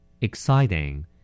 exciting